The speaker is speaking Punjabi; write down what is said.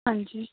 ਹਾਂਜੀ